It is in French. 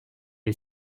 est